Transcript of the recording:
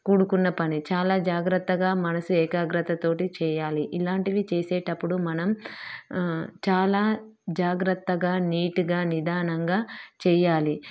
కూడుకున్న పని చాలా జాగ్రత్తగా మనసు ఏకాగ్రతతోటి చేయాలి ఇలాంటివి చేసేటప్పుడు మనం చాలా జాగ్రత్తగా నీటుగా నిదానంగా చేయాలి